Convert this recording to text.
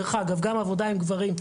דרך אגב גם העבודה עם גברים,